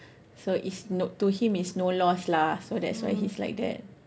so is no to him is no loss lah so that's why he's like that